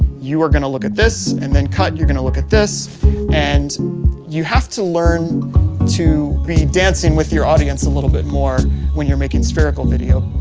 you are gonna look at this and then cut. you're gonna look at this and you have to learn to be dancing with your audience a little bit more when you're making spherical video.